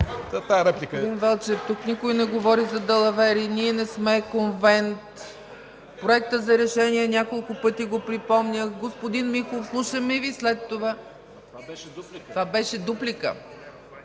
Това беше дуплика.